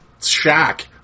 Shaq